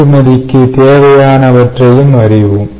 ஏற்றுமதிக்கு தேவையானவற்றையும் அறிவோம்